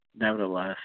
Nevertheless